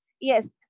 Yes